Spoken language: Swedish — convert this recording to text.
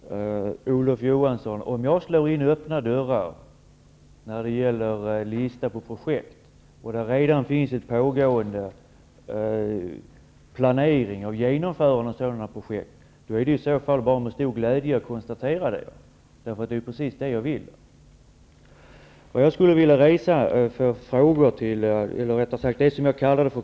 Herr talman! Till Olof Johansson vill jag säga att om jag slår in öppna dörrar när jag lämnar en lista på projekt och det redan finns och pågår planering för genomförande av sådana projekt, är det med stor glädje jag konstaterar detta. Det är ju precis det jag vill.